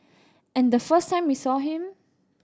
and the first time we saw him